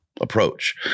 approach